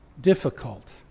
difficult